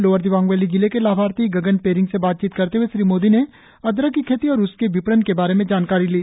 lower Dibang valley जिले के लाभार्थी गगन पेरिंग से बातचीत करते हए श्री मोदी ने अदरक की खेती और उसके विपणन के बारे में जानकारी ली